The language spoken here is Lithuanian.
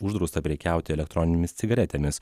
uždrausta prekiauti elektroninėmis cigaretėmis